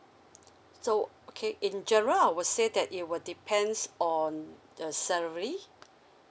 so okay in general I would say that it will depends on the salary